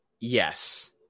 Yes